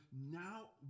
now